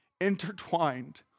intertwined